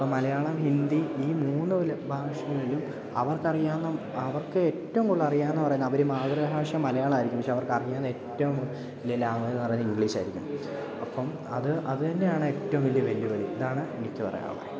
ഇപ്പോള് മലയാളം ഹിന്ദി ഈ മൂന്നു ഭാഷയിലും അവർക്കറിയാവുന്ന അവർക്ക് ഏറ്റവും കൂടുതൽ അറിയാമെന്നു പറയുന്ന അവരുടെ മാതൃഭാഷ മലയാളമായിരിക്കും പക്ഷേ അവർക്ക് അറിയാവുന്ന ഏറ്റവും ഇല്ല ലാംഗ്വേജെന്നു പറയുന്നത് ഇംഗ്ലീഷായിരിക്കും അപ്പോള് അതു തന്നെയാണ് ഏറ്റവും വലിയ വെല്ലുവിളി ഇതാണ് എനിക്കു പറയാനുള്ളത്